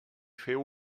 feu